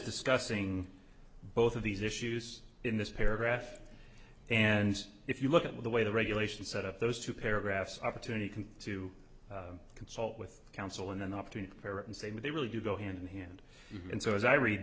discussing both of these issues in this paragraph and if you look at the way the regulation set up those two paragraphs opportunity can to consult with counsel and then opportunity and say what they really do go hand in hand and so as i read